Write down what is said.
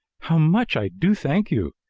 how much i do thank you!